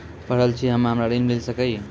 पढल छी हम्मे हमरा ऋण मिल सकई?